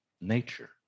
nature